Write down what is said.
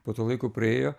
po to laiko jau praėjo